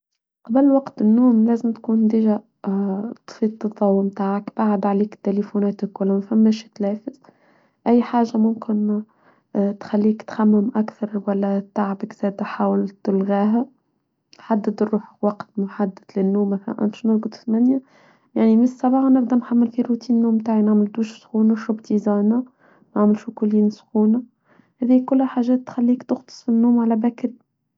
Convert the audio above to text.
قبل وقت النوم لازم تكون ديجا تفت الضوء متاعك بعد عليك التليفونات الكلوم فماشي تلافز أي حاجة ممكن تخليك تخمم أكثر ولا تعبك ساتة حاول تلغاها حدد الروح وقت محدد للنوم يعني مثل صباح أنا بدي أحمل فيه روتين نوم بتاعي نعمل دوشة سخونه نشرب تيزانة، نعمل شوكولين سخونة إذي كل حاجات تخليك تغطس في النوم على باكر.